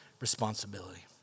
responsibility